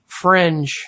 fringe